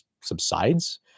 subsides